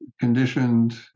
conditioned